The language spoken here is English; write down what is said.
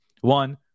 One